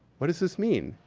what does this mean?